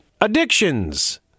addictions